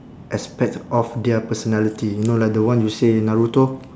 aspect of their personality you know like the one you say naruto